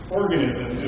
organism